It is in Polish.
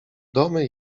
domy